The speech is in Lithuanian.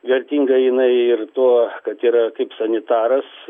vertinga jinai ir tuo kad yra kaip sanitaras